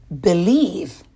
believe